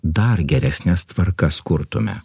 dar geresnes tvarkas kurtume